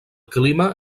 clima